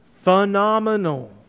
phenomenal